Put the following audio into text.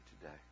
today